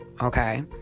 okay